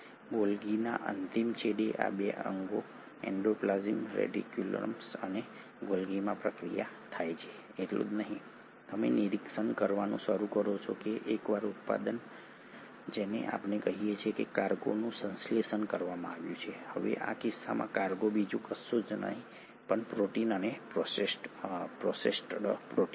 ગોલ્ગીના અંતિમ છેડે આ 2 અંગો એન્ડોપ્લાસ્મિક રેટિક્યુલમ અને ગોલ્ગીમાં પ્રક્રિયા થાય છે એટલું જ નહીં તમે નિરીક્ષણ કરવાનું શરૂ કરો છો કે એકવાર ઉત્પાદન જેને આપણે કહીએ છીએ કે કાર્ગોનું સંશ્લેષણ કરવામાં આવ્યું છે હવે આ કિસ્સામાં કાર્ગો બીજું કશું જ નહીં પણ પ્રોટીન અને પ્રોસેસ્ડ પ્રોટીન છે